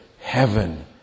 heaven